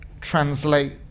translate